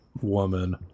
woman